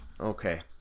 okay